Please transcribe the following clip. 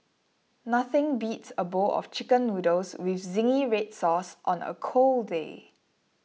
nothing beats a bowl of Chicken Noodles with Zingy Red Sauce on a cold day